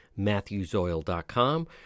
matthewsoil.com